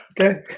okay